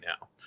now